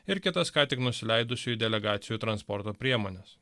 ir kitas ką tik nusileidusiųjų delegacijų transporto priemones